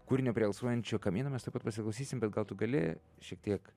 kur ne prie alsuojančio kamieno mes taip pat pasiklausysim bet gal tu gali šiek tiek